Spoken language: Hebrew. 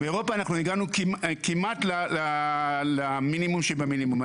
באירופה אנחנו הגענו כמעט למינימום שבמינימום,